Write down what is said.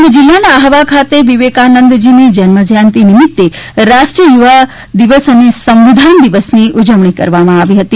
ડાંગ જિલ્લાના આફવા ખાતે વિવેકાનંદજીની જન્મજંયતિ નિમિતે રાષ્ટ્રીય યુવા દિવસ અને સંવિધાન દિવસની ઉજવણી કરવામાં આવી હતી